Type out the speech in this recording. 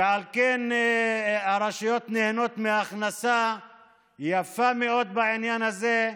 ועל כן הרשויות נהנות מהכנסה יפה מאוד בעניין הזה,